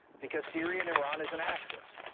because syria and iran is an axis.